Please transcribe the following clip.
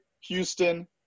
Houston